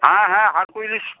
হ্যাঁ হ্যাঁ হারকিউলিস